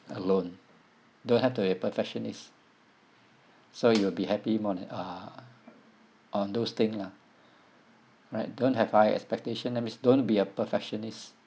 alone don't have to be a perfectionist so you'll be happy more and ah on those thing lah right don't have high expectation that means don't be a perfectionist